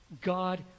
God